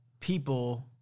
people